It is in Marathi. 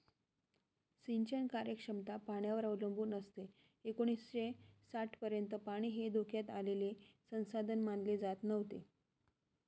सिंचन कार्यक्षमता पाण्यावर अवलंबून असते एकोणीसशे साठपर्यंत पाणी हे धोक्यात आलेले संसाधन मानले जात नव्हते